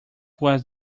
was